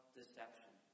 deception